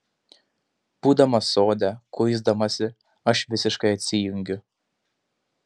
būdama sode kuisdamasi aš visiškai atsijungiu